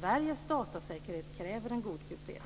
Sveriges datasäkerhet kräver en god kryptering.